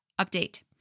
update